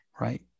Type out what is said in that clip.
right